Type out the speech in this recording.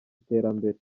iterambere